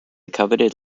coveted